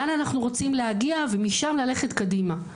לאן אנחנו רוצים להגיע ומשם ללכת קדימה.